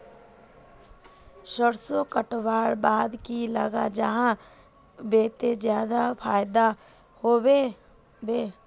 सरसों कटवार बाद की लगा जाहा बे ते ज्यादा फायदा होबे बे?